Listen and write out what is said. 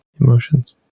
emotions